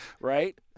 right